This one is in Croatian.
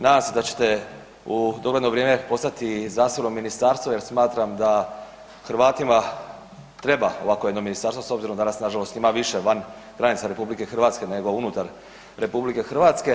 Nadam se da ćete u dogledno vrijeme postati i zasebno ministarstvo jer smatram da Hrvatima treba ovakvo jedno ministarstvo s obzirom da nas nažalost ima više van granica RH nego unutar RH.